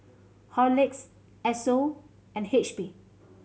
Horlicks Esso and H P